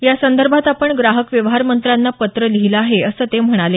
या संदर्भात आपण ग्राहक व्यवहार मंत्र्यांना पत्र लिहिलं आहे असं ते म्हणाले